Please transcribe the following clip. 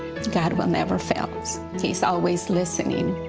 god will never fail. he is always listening.